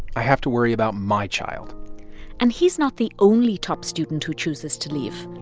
i have to worry about my child and he's not the only top student who chooses to leave.